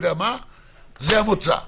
זה המוצא.